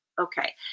Okay